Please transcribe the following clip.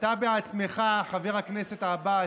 אתה בעצמך, חבר הכנסת עבאס,